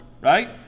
right